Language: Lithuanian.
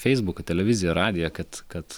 feisbuką televiziją radiją kad kad